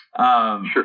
Sure